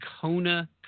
Kona